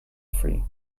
free